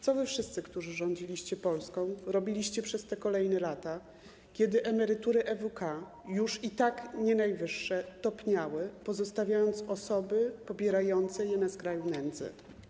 Co wy wszyscy, którzy rządziliście Polską, robiliście przez te kolejne lata, kiedy emerytury EWK, już i tak nie najwyższe, topniały, pozostawiając osoby pobierające je na skraju nędzy?